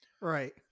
Right